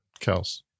Kels